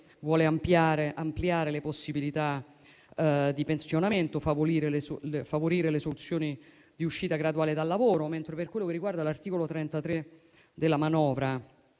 vuole ampliare le possibilità di pensionamento e favorire le soluzioni di uscita graduale dal lavoro. Per quello che riguarda l'articolo 33 della manovra,